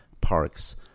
parks